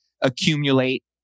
accumulate